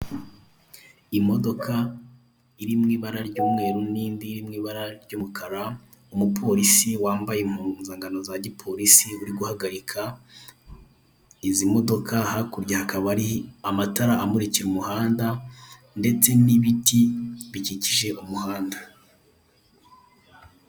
Imodoka iri mu ibara ry'umweru n'indi iri mu ibara ry'umukara, umupolisi wambaye impuzanggano za gipolisi uri guhagarika izi modoka, hakurya hakaba hari amatara amurikira umuhanda, ndetse n'ibiti bikikije umuhanda.